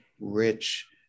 rich